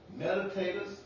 meditators